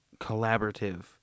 collaborative